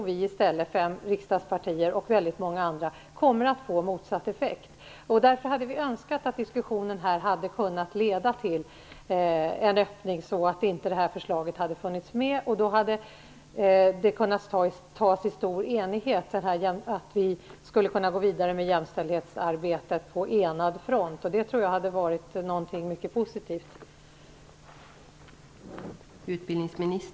Vi från fem riksdagspartier och väldigt många andra tror att den kommer att få motsatt effekt. Vi hade därför önskat att diskussionen här hade kunnat leda till en öppning för att detta förslag inte skulle ha funnits med. Vi skulle då ha kunnat gå vidare med jämställdhetsarbetet på enad front, och det tror jag hade varit mycket positivt.